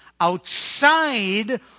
outside